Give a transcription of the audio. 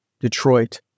Detroit